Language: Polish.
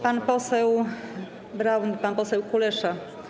Pan poseł Braun, pan poseł Kulesza.